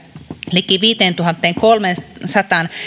liki viiteentuhanteenkolmeensataan